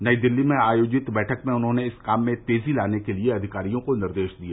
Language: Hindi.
नई दिल्ली में आयोजित बैठक में उन्होंने इस काम में तेजी लाने के लिए अधिकारियों को निर्देश दिए